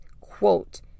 quote